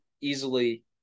easily